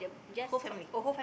whole family